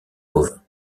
bovin